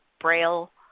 Braille